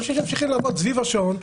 אנשים שממשיכים לעבוד סביב השעון.